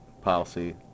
policy